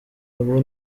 abo